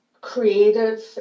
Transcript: creative